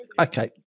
okay